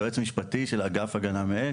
יועץ משפטי של אגף הגנה מאש,